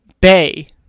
Bay